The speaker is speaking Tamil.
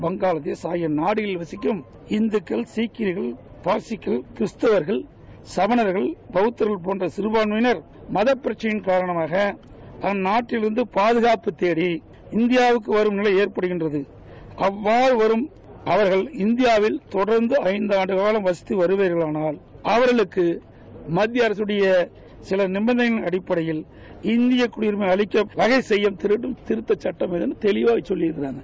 பங்களாதேஷ் ஆகிய நாடுகளிலிருந்து இந்துக்கள் சீக்கியர்கள் பார்ச்சிகள் கிறிஸ்தவர்கள் சமணர்கள் பௌத்தர்கள் போன்ற சிறபான்மையினர் மத பிரக்சினையின் காரணமாக அந்நாட்டிலிருந்து பாதுகாப்பு தேடி இந்தியாவுக்கு வரும் நிலை ஏற்படுகின்றபோது அவ்வாறு வரும் அவர்கள் இந்தியாவில் தொடர்ந்து ஐந்தாண்டு காலம் வசித்து வருவார்களாபானால் அவர்களுக்கு மத்திய அரசினுடைய சில நிபந்தளைகளின் அடிப்படையில் இந்திய குடியரிமை அளிக்க வகை செய்யும் திருத்தச்சுட்ம் என்று தெளிவாக சொல்லியிருக்கிறார்கள்